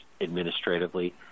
administratively